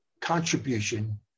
contribution